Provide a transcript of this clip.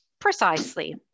precisely